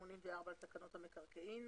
ו-84 לתקנות המקרקעין.